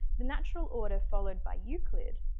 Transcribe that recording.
the natural order followed by euclid,